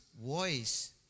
voice